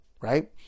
Right